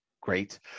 great